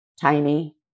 tiny